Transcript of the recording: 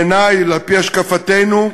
בעיני, על-פי השקפתנו,